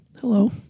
Hello